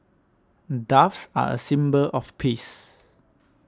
doves are a symbol of peace